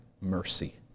mercy